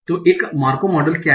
तो एक Markov model क्या है